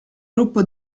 gruppo